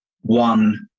one